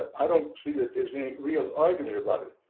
i don't see that there's any real argument about it.